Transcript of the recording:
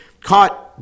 caught